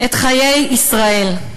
את חיי ישראל.